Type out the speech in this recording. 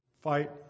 fight